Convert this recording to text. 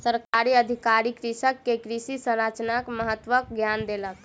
सरकारी अधिकारी कृषक के कृषि संचारक महत्वक ज्ञान देलक